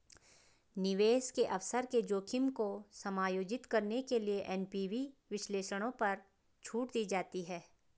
निवेश के अवसर के जोखिम को समायोजित करने के लिए एन.पी.वी विश्लेषणों पर छूट दी जाती है